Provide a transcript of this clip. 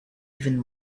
even